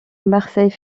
marseille